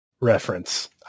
reference